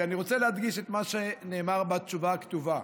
אני רוצה להדגיש את מה שנאמר בתשובה הכתובה.